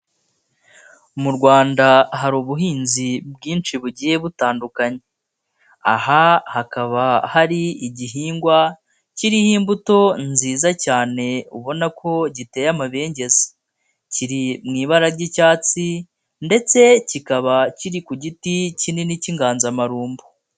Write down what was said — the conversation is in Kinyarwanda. Mu Rwanda hari ubuhinzi bwinshi bugiye butandukanye, aha hakaba hari igihingwa kiriho imbuto nziza cyane ubona ko giteye amabengeza kiri mu ibara ry'icyatsi ndetse kikaba kiri ku giti kinini cy'inganzamarumbo.